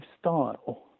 style